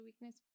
weakness